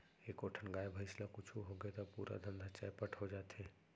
एको ठन गाय, भईंस ल कुछु होगे त पूरा धंधा चैपट हो जाथे